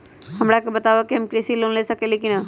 हमरा के बताव कि हम कृषि लोन ले सकेली की न?